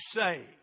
say